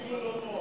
אפילו לא נוח.